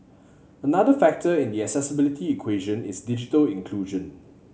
another factor in the accessibility equation is digital inclusion